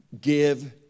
Give